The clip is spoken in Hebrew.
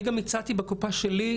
אני גם הצעתי בקופה שלי,